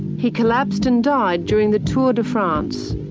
he collapsed and died during the tour de france.